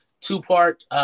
two-part